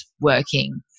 working